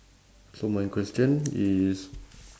so my question is